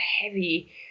heavy